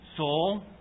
Soul